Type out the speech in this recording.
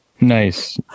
nice